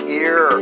ear